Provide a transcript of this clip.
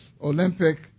Olympic